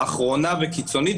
אחרונה וקיצונית,